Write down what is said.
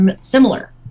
similar